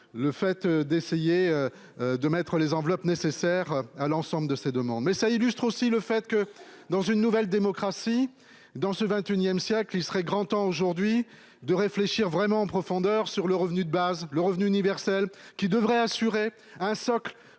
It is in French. le fait d'essayer. De mettre les enveloppes nécessaires à l'ensemble de ces demandes mais ça illustre aussi le fait que dans une nouvelle démocratie. Dans ce XXIe siècle, il serait grand temps aujourd'hui de réfléchir vraiment en profondeur sur le revenu de base, le revenu universel qui devrait assurer un socle